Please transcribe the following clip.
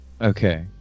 okay